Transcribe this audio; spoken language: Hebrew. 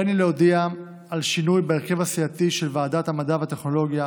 הריני להודיע על שינוי בהרכב הסיעתי של ועדת המדע והטכנולוגיה.